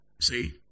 see